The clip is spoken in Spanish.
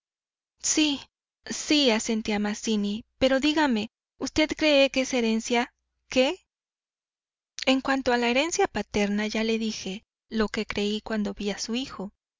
sí sí asentía mazzini pero dígame usted cree que es herencia que en cuanto a la herencia paterna ya le dije lo que creí cuando vi a su hijo